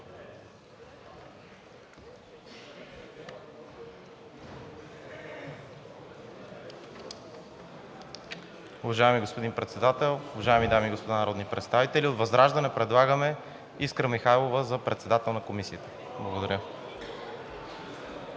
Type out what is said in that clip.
Уважаеми господин Председател, уважаеми дами и господа народни представители! От ВЪЗРАЖДАНЕ предлагаме Искра Михайлова за председател на Комисията. Благодаря.